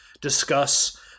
discuss